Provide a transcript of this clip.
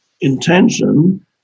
intention